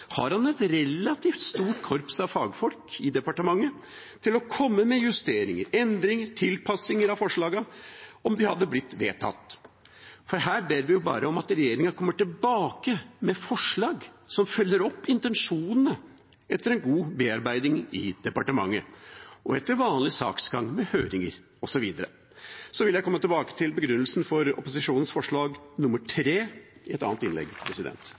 har han et relativt stort korps av fagfolk i departementet til å komme med justeringer, endringer og tilpasninger av forslagene om de hadde blitt vedtatt. Her ber vi jo bare om at regjeringa kommer tilbake med forslag som følger opp intensjonene etter en god bearbeiding i departementet, og etter vanlig saksgang med høringer osv. Jeg vil komme tilbake til begrunnelsen for opposisjonens forslag nr. 3 i et annet innlegg.